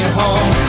home